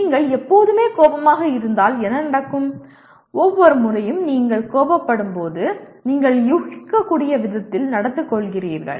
நீங்கள் எப்போதுமே கோபமாக இருந்தால் என்ன நடக்கும் ஒவ்வொரு முறையும் நீங்கள் கோபப்படும்போது நீங்கள் யூகிக்கக்கூடிய விதத்தில் நடந்துகொள்கிறீர்கள்